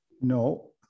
No